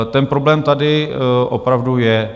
Ten problém tady opravdu je.